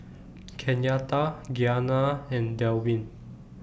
Kenyatta Gianna and Delwin